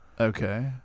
Okay